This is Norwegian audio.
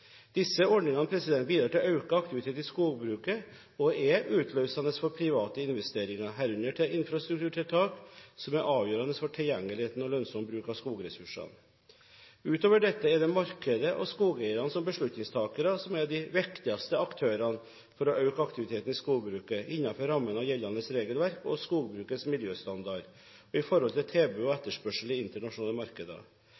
Disse ordningene bidrar til økt aktivitet i skogbruket og er utløsende for private investeringer, herunder til infrastrukturtiltak, som er avgjørende for tilgjengeligheten og lønnsom bruk av skogressursene. Utover dette er det markedet og skogeierne som beslutningstakere som er de viktigste aktørene for å øke aktiviteten i skogbruket innenfor rammen av gjeldende regelverk og skogbrukets miljøstandard og i forhold til tilbud og